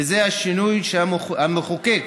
וזה השינוי שהמחוקק